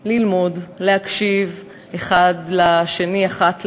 ללמוד, להקשיב אחד לשני, אחת לשנייה,